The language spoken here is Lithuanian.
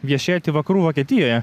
viešėti vakarų vokietijoje